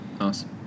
Awesome